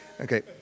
Okay